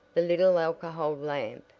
the little alcohol lamp,